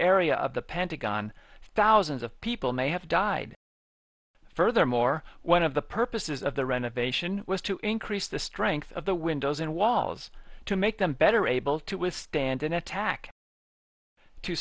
area of the pentagon thousands of people may have died furthermore one of the purposes of the renovation was to increase the strength of the windows and walls to make them better able to withstand an attack to